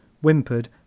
whimpered